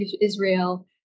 Israel